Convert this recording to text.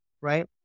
right